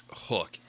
hook